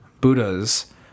Buddhas